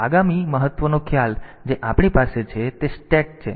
આગામી મહત્વનો ખ્યાલ જે આપણી પાસે છે તે સ્ટેક છે